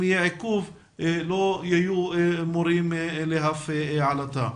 יהיה עיכוב לא יהיו מורים להפעיל אותה.